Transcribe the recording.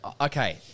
okay